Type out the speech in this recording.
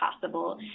possible